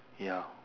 ya